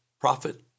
prophet